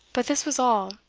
but this was all